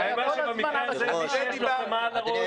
שבמקרה הזה מי שיש לו חמאה על הראש,